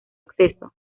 acceso